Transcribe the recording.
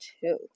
two